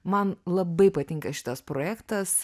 man labai patinka šitas projektas